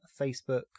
Facebook